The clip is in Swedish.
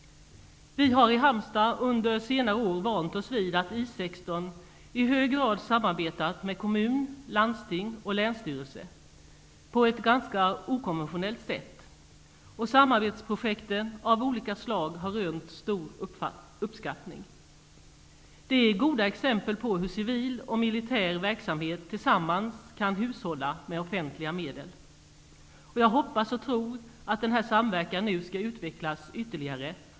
I Halmstad har vi under senare år vant oss vid att I 16 i hög grad har samarbetat med kommun, landsting och länsstyrelse på ett ganska okonventionellt sätt. Samarbetsprojekt av olika slag har rönt stor uppskattning. Detta är goda exempel på hur civil och militär verksamhet tillsammans kan hushålla med offentliga medel. Jag hoppas och tror att denna samverkan nu skall utvecklas ytterligare.